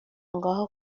ngaho